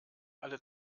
alle